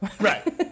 Right